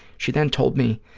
she then told me,